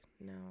no